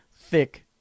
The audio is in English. thick